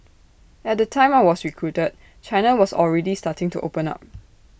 at the time I was recruited China was already starting to open up